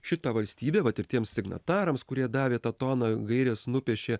šitą valstybę vat ir tiems signatarams kurie davė tą toną gaires nupiešė